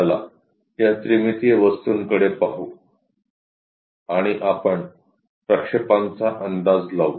चला या त्रिमितीय वस्तूकडे पाहू आणि आपण प्रक्षेपांचा अंदाज लावू